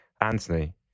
Anthony